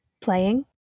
playing